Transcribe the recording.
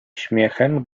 śmiechem